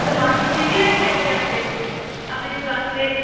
ਸਮਾਨ ਤੁਸੀਂ ਨਹੀਂ ਲੈ ਕੇ ਆਓਗੇ ਆਪੇ ਹੀ ਆਪਣੀ ਦੁਕਾਨ 'ਤੇ